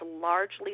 largely